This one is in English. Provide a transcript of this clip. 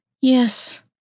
Yes